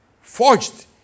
forged